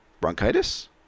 bronchitis